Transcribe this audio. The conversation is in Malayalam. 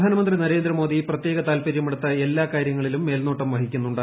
പ്രധാനമന്ത്രി നരേന്ദ്ര പ്രത്യേക താല്പര്യമെടുത്ത് എല്ലാ കാര്യങ്ങളിലും മോദി മേൽനോട്ടം വഹിക്കുന്നുണ്ട്